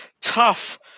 tough